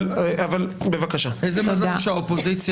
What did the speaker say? איזה מזל שהאופוזיציה